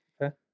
Okay